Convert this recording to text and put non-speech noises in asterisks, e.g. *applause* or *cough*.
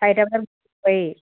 চাৰিটা বজাত *unintelligible*